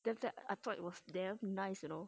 then after that I thought it was damn nice you know